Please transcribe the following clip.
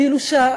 כאילו,